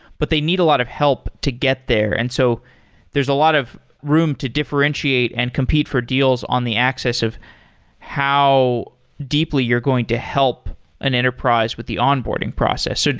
but they need a lot of help to get there. and so there's a lot of room to differentiate and compete for deals on the access of how deeply you're going to help an enterprise with the onboarding process.